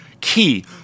key